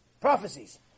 Prophecies